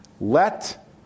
let